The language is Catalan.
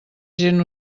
gent